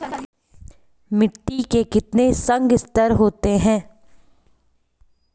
मिट्टी के कितने संस्तर होते हैं?